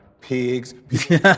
pigs